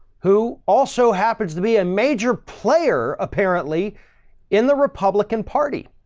who also happens to be a major player apparently in the republican party.